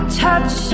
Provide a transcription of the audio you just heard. touch